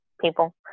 people